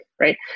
right